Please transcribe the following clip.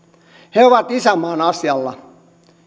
he ovat isänmaan asialla